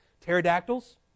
Pterodactyls